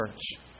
church